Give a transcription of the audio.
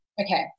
Okay